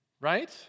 right